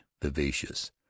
vivacious